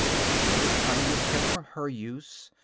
the purest honey is kept for her use.